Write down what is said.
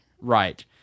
Right